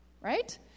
right